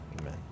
amen